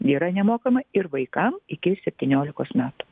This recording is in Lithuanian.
yra nemokama ir vaikam iki septyniolikos metų